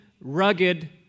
rugged